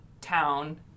town